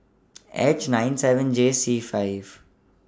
H nine seven J C five